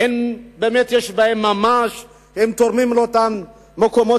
באמת יש בהם ממש והם תורמים לאותם מקומות